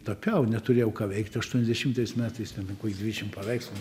tapiau neturėjau ką veikti aštuoniasdešimtais metais ten kokį dvidešimt paveikslų